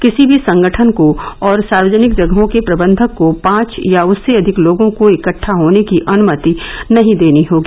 किसी भी संगठन को और सार्वजनिक जगहों के प्रबंधक को पांच या उससे अधिक लोगों को इकट्टा होने की अनुमति नहीं देनी होगी